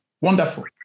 Wonderful